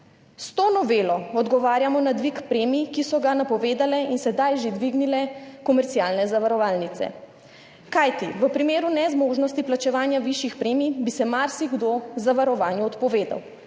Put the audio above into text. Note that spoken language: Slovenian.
S to novelo odgovarjamo na dvig premij, ki so ga napovedale in sedaj že dvignile komercialne zavarovalnice, kajti v primeru nezmožnosti plačevanja višjih premij bi se marsikdo zavarovanju odpovedal